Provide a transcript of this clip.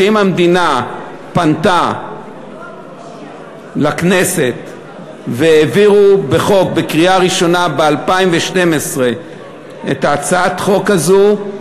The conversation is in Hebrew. אם המדינה פנתה לכנסת והעבירו בקריאה ראשונה ב-2012 את הצעת החוק הזאת,